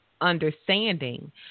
understanding